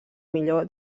millor